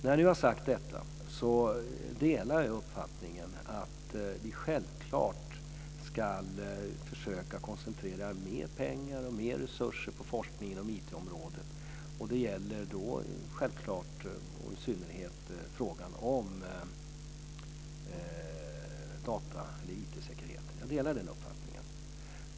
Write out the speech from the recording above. När jag nu har sagt detta säger jag att jag delar uppfattningen att vi självklart ska försöka koncentrera mer pengar och mer resurser på forskningen inom IT området. Det gäller i synnerhet frågan om IT säkerheten.